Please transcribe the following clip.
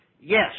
Yes